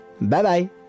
Bye-bye